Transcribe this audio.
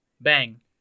Bang